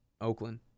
Oakland